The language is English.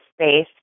space